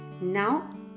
Now